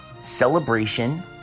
celebration